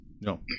No